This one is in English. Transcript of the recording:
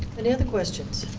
any other questions?